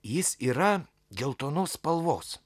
jis yra geltonos spalvos